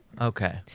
Okay